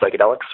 psychedelics